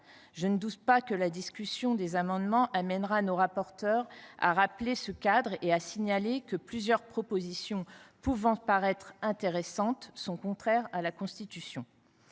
Je ne doute pas que la discussion des amendements conduira nos rapporteurs à rappeler ce cadre et à signaler que plusieurs propositions pouvant paraître intéressantes sont contraires à la Constitution.